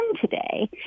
today